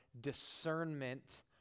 discernment